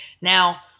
Now